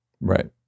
Right